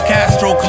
Castro